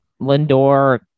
Lindor